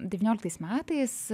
devynioliktais metais